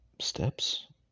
steps